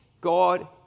God